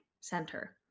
center